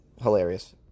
Hilarious